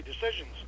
decisions